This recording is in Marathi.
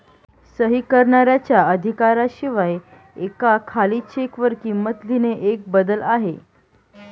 सही करणाऱ्याच्या अधिकारा शिवाय एका खाली चेक वर किंमत लिहिणे एक बदल आहे